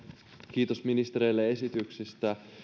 kiitos ministereille esityksistä